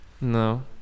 no